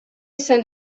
sant